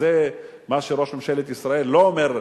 וזה מה שראש ממשלת ישראל לא אומר,